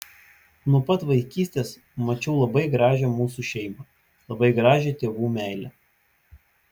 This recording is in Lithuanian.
nuo pat vaikystės mačiau labai gražią mūsų šeimą labai gražią tėvų meilę